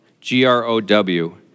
G-R-O-W